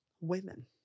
women